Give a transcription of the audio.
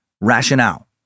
rationale